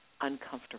uncomfortable